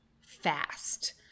fast